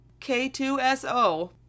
K2SO